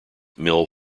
mill